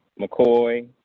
McCoy